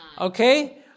Okay